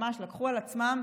ממש לקחו על עצמם.